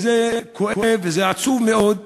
כי זה כואב וזה עצוב מאוד.